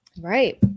Right